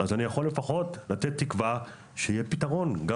אז אני יכול לפחות לתת תקווה שיהיה פתרון גם